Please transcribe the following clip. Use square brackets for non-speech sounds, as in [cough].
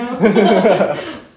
[laughs]